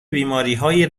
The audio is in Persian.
بیماریهای